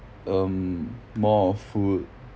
um more of food